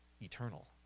eternal